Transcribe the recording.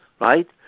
right